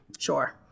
sure